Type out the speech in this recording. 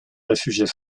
réfugiés